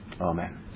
Amen